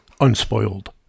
unspoiled